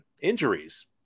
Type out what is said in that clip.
injuries